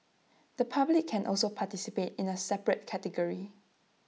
the public can also participate in A separate category